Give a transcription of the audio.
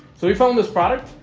so we found this product.